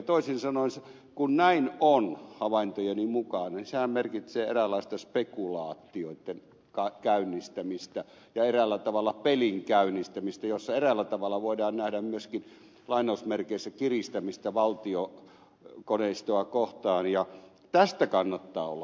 toisin sanoen kun näin havaintojeni mukaan on niin sehän merkitsee eräänlaista spekulaatioitten käynnistämistä ja eräällä tavalla pelin käynnistämistä jossa eräällä tavalla voidaan nähdä myöskin lainausmerkeissä kiristämistä valtiokoneistoa kohtaan ja tästä kannattaa olla